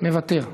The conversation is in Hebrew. מוותר.